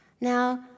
Now